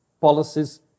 policies